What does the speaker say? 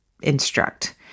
instruct